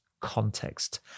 context